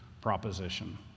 proposition